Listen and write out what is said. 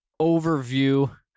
overview